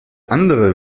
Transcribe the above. andere